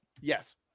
Yes